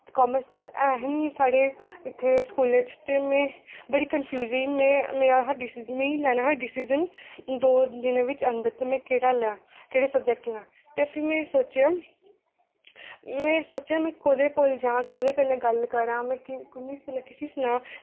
ते कॉमर्स इत्थै ऐहे निं हे साढ़े स्कूलै च ते में बड़ी कंफ्यूज़ ही ते मेरा मिगी लैना हा डिसीजन दो तिन्न दिन बिच अंदर कि में केह्ड़ा लैं केह्ड़े सब्जैक्ट लैं ते फ्ही में सोचेआ ते में सोचेआ कि कोह्दे कोल जां में कुसी सनांऽ